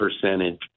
percentage